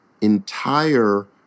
entire